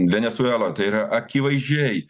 venesuela tai yra akivaizdžiai